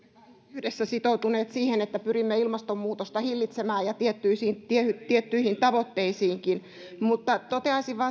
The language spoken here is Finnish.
yhdessä sitoutuneet siihen että pyrimme ilmastonmuutosta hillitsemään ja tiettyihin tavoitteisiinkin mutta toteaisin vain